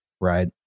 right